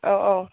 औ औ